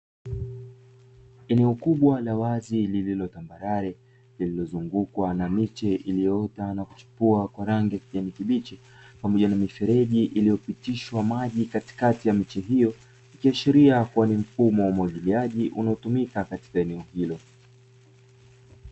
Eneo kubwa la wazi lililo tambarale lililozungukwa na miche iliyoota na kuchipua kwa rangi ya kijani kibichi, pamoja na mifereji iliyopitishwa maji katikati ya miche hiyo, ikiashiria kuwa ni mfumo wa umwagiliaji unaotumika katika eneo hilo.